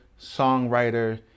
songwriter